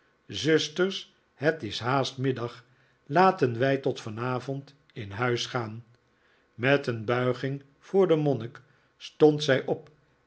zusters het is haast middag laten wij tot vanavond in huis gaan met een buiging voor den monnik stond zij op